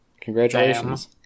Congratulations